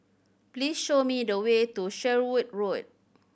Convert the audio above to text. please show me the way to Sherwood Road